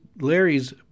Larry's